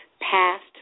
past